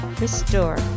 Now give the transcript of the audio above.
restore